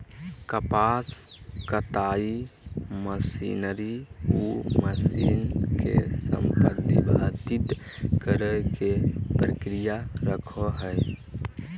कपास कताई मशीनरी उ मशीन के संदर्भित करेय के प्रक्रिया रखैय हइ